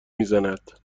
میزند